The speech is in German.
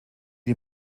die